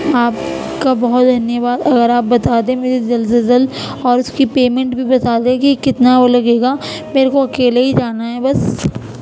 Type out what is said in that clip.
آپ کا بہت دھنیہ واد اگر آپ بتا دیں مجھے جلد سے جلد اور اس کی پیمنٹ بھی بتا دیں کہ کتنا وہ لگے گا میرے کو اکیلے ہی جانا ہے بس